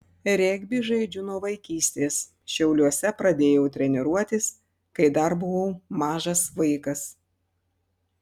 regbį žaidžiu nuo vaikystės šiauliuose pradėjau treniruotis kai dar buvau mažas vaikas